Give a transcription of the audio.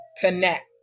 connect